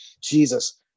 jesus